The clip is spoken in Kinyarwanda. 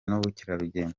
n’ubukerarugendo